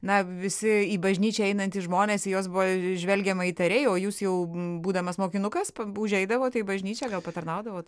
na visi į bažnyčią einantys žmonės į juos buvo žvelgiama įtariai o jūs jau būdamas mokinukas pab užeidavote į bažnyčią gal patarnaudavot